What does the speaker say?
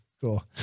Cool